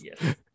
Yes